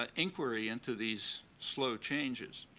ah inquiry into these slow changes